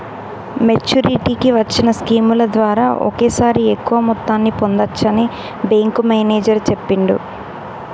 మెచ్చురిటీకి వచ్చిన స్కీముల ద్వారా ఒకేసారి ఎక్కువ మొత్తాన్ని పొందచ్చని బ్యేంకు మేనేజరు చెప్పిండు